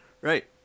right